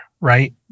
right